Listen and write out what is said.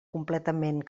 completament